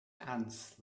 ants